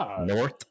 North